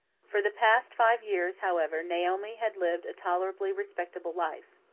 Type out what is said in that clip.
for the past five years, however, naomi had lived a tolerably respectable life.